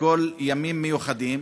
ימים מיוחדים,